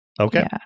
Okay